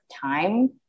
time